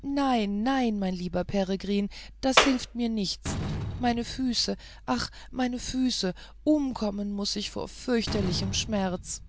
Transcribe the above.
nein mein lieber peregrin das hilft mir nichts meine füße ach meine füße umkommen muß ich vor fürchterlichem schmerz